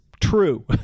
true